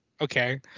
Okay